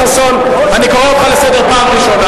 אני קורא אותך לסדר פעם ראשונה.